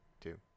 two